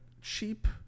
cheap